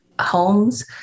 homes